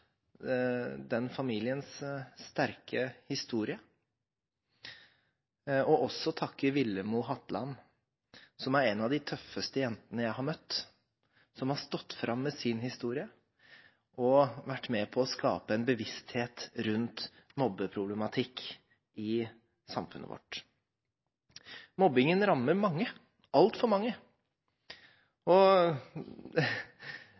familiens sterke historie. Jeg vil også takke Villemo Hatland, som er en av de tøffeste jentene jeg har møtt. Hun har stått fram med sin historie og vært med på å skape en bevissthet rundt mobbeproblematikk i samfunnet vårt. Mobbingen rammer mange, altfor mange.